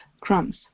crumbs